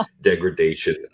degradation